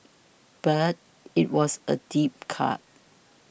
but it was a deep cut